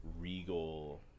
regal